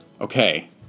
Okay